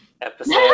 episode